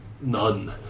None